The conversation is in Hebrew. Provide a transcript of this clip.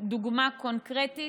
דוגמה קונקרטית,